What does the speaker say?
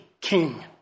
king